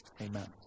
Amen